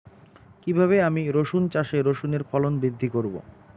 কীভাবে আমি রসুন চাষে রসুনের ফলন বৃদ্ধি করব?